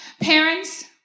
Parents